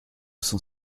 cent